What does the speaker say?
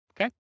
Okay